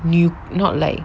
you not like